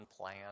plan